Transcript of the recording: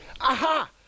aha